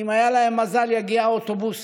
אם היה להם מזל, יגיע אוטובוס